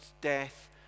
death